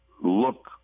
look